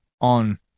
on